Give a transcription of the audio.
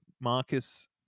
Marcus